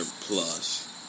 plus